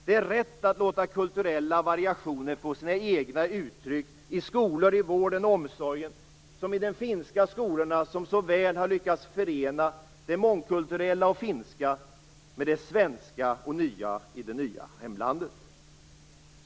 Det är rätt att låta kulturella variationer få sina egna uttryck i skolor, i vård och i omsorg såsom i de finska skolorna, som så väl har lyckats förena det mångkulturella och finska med det svenska och nya i det nya hemlandet.